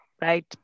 right